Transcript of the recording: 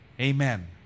Amen